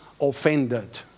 offended